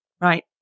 Right